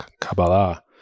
Kabbalah